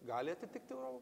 gali atitikti euro